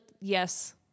yes